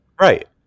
Right